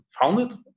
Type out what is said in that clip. founded